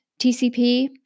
TCP